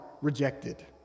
rejected